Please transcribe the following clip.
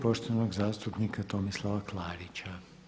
poštovanog zastupnika Tomislava Klarića.